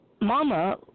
Mama